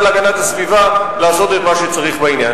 להגנת הסביבה לעשות את מה שצריך בעניין.